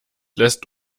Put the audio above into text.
lässt